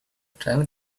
time